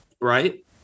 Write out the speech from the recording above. right